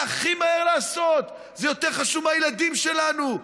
זה הכי מהר לעשות, זה יותר חשוב מהילדים שלנו,